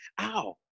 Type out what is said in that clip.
ow